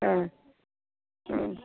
হুম হুম